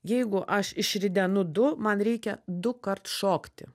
jeigu aš išridenu du man reikia dukart šokti